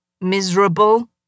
miserable